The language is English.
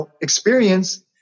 experience